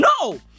No